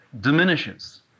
diminishes